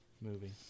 movie